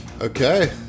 okay